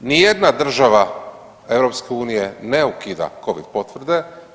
Ni jedna država EU ne ukida covid potvrde.